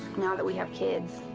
now that we have kids,